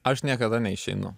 aš niekada neišeinu